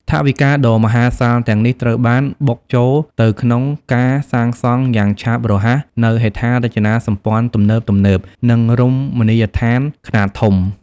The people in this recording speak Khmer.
ថវិកាដ៏មហាសាលទាំងនេះត្រូវបាន បុកចូលទៅក្នុងការសាងសង់ យ៉ាងឆាប់រហ័សនូវ ហេដ្ឋារចនាសម្ព័ន្ធទំនើបៗ និងរមណីយដ្ឋានខ្នាតធំ។